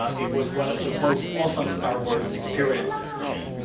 it was one of the most awesome star wars experiences for me,